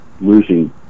losing